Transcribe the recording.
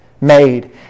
made